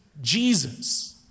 Jesus